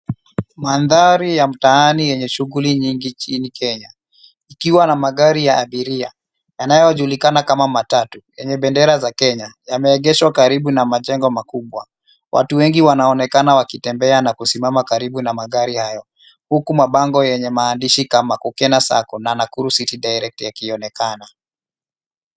Mandhari ya mtaani yenye shughuli nyingi nchini Kenya ikiwa na magari ya abiria yanayojulikana kama matatu yenye bendera za Kenya yameegeshwa karibu na majengo makubwa. Watu wengi wanaonekana wakitembea na kusimama karibu na magari hayo huku mabango yenye maandishi kama kukena sacco na Nakuru city direct yakionekana.